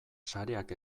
sareak